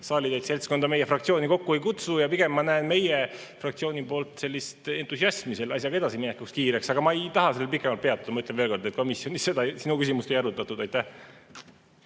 saalitäit seltskonda meie fraktsiooni kokku ei kutsu ja pigem ma näen meie fraktsiooni poolt entusiasmi selle asjaga kiireks edasiminekuks. Aga ma ei taha sellel pikemalt peatuda. Ma ütlen veel kord, et komisjonis seda küsimust ei arutatud. Aitäh!